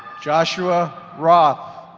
joshua roth.